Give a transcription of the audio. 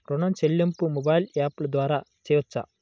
ఋణం చెల్లింపు మొబైల్ యాప్ల ద్వార చేయవచ్చా?